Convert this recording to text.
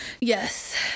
Yes